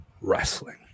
wrestling